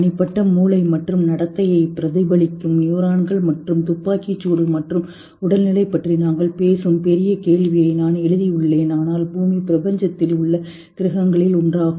தனிப்பட்ட மூளை மற்றும் நடத்தை கண்ணாடி நியூரான்கள் மற்றும் துப்பாக்கி சூடு மற்றும் உடல்நிலை பற்றி நாங்கள் பேசும் பெரிய கேள்வியை நான் எழுதியுள்ளேன் ஆனால் பூமி பிரபஞ்சத்தில் உள்ள கிரகங்களில் ஒன்றாகும்